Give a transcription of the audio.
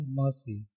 mercy